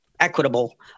equitable